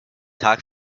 tag